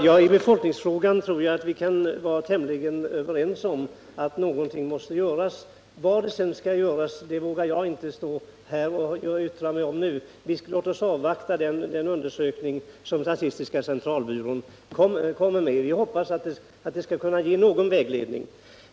Herr talman! Jag tror att vi kan vara tämligen överens om att någonting måste göras i befolkningsfrågan. Men vad som skall göras vågar jag inte yttra mig om nu. Låt oss avvakta den undersökning som statistiska centralbyrån arbetar med. Vi hoppas att den skall kunna ge någon vägledning.